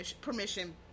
permission